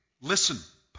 listen